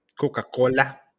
Coca-Cola